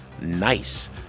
Nice